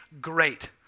Great